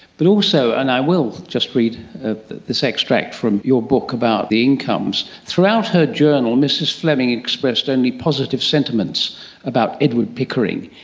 but also, and i will just read this extract from your book about the incomes throughout her journal, mrs fleming expressed only positive sentiments about edward pickering,